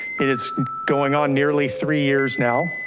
it is going on nearly three years now.